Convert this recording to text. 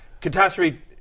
catastrophe